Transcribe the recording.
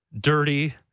dirty